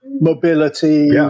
mobility